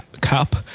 Cup